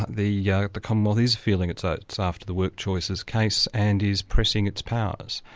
the yeah the commonwealth is feeling its oats after the workchoices case, and is pressing its powers.